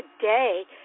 today